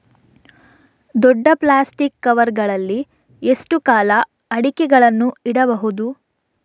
ದೊಡ್ಡ plastic cover ಗಳಲ್ಲಿ ಎಷ್ಟು ಕಾಲ ಅಡಿಕೆಗಳನ್ನು ಇಡಬಹುದು?